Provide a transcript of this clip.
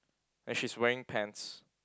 and she's wearing pants